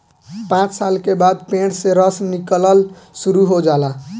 पांच साल के बाद पेड़ से रस निकलल शुरू हो जाला